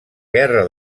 guerra